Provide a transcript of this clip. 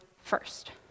first